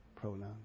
pronoun